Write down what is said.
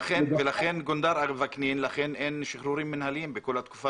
לכן אין שחרורים מינהליים בכל התקופה